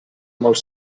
molt